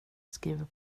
skriver